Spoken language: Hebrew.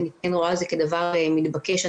אני רואה את זה כדבר מתבקש.